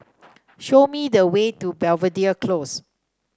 show me the way to Belvedere Close